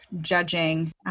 judging